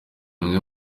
umwe